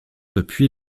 depuis